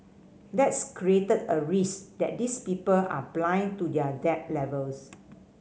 that's created a risk that these people are blind to their debt levels